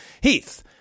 Heath